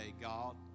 God